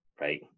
right